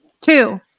two